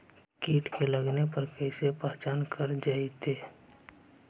कीट के लगने पर कैसे पहचान कर जयतय?